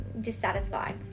dissatisfied